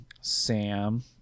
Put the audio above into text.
Sam